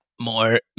more